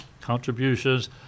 Contributions